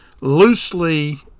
loosely